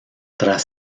tras